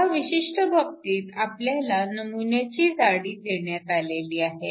ह्या विशिष्ट बाबतीत आपल्याला नमुन्याची जाडी देण्यात आलेली आहे